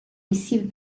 received